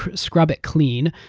scrub it clean,